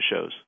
shows